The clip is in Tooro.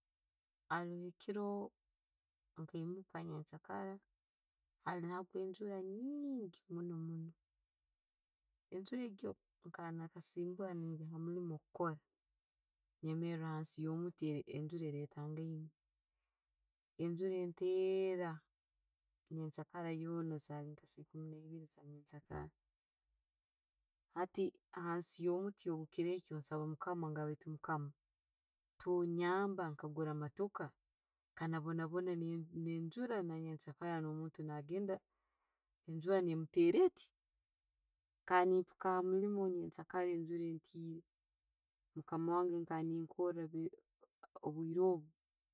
Aroho Ekiro nkayimuka nyenkyakara haroho na'gwa enjura nyiingi munno munno, Enjura egyo nkaba ne'kyasimbura kugenda hamullimu kugenda kukoora. Nyemera hansi yo'muti enjura elletaingaine, enjuura enteera nyekyakara hoona esaaha ekuumi naibiiri eza nyenkyakara hati hansi yo' muti ogwo kirekyo nsaba mukama, nagamba baitu mukama, tonyamba nkagura emootoka, kaneboonaboona munno ne'njura eyanyenkyakara, Omuntu nagenda enjura nemuttera etti. Nka nempiika hamullimu nyenkyakara enjuura enteiire, Mukama wange bwekabanenkora obwire obwo.